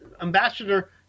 ambassador